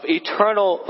eternal